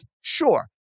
Sure